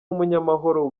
w’umunyamahoro